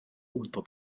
unter